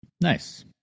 Nice